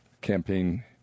campaign